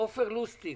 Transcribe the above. עופר לוסטיג,